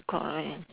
correct